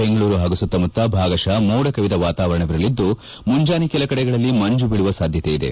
ಬೆಂಗಳೂರು ಹಾಗೂ ಸುತ್ತಮುತ್ತ ಭಾಗಶ ಮೋಡ ಕವಿದ ವಾಕವಾರಣವಿರಲಿದ್ದು ಮುಂಜಾನೆ ಕೆಲವು ಕಡೆಗಳಲ್ಲಿ ಮಂಜ ಬೀಳುವ ಸಾಧ್ಯತೆಯಿದೆ